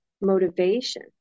motivation